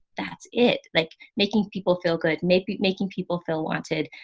that's it like making people feel good, maybe making people feel wanted,